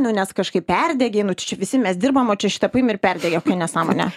nu nes kažkaip perdegei čia visi mes dirbam o čia šita paėmė ir perdegė nesąmonė